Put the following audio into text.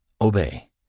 Obey